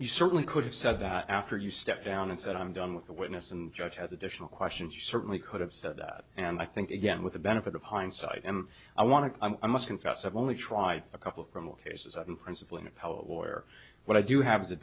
you certainly could have said after you stepped down and said i'm done with the witness and judge has additional questions you certainly could have said that and i think again with the benefit of hindsight and i want to i must confess i've only tried a couple of criminal cases in principle in appellate lawyer but i do have the